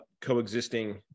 coexisting